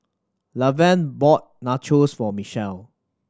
Lavern bought Nachos for Michelle